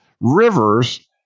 rivers